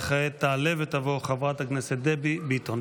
וכעת תעלה ותבוא חברת הכנסת דבי ביטון.